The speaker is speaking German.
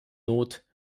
not